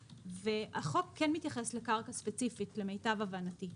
החוק כן מתייחס לקרקע ספציפית, למיטב הבנתי,